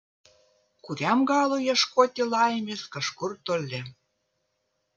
kuriam galui ieškoti laimės kažkur toli